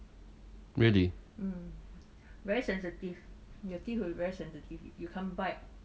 really